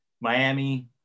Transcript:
Miami